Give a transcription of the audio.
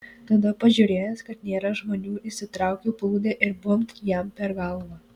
tada pažiūrėjęs kad nėra žmonių išsitraukiau plūdę ir bumbt jam per galvą